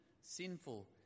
sinful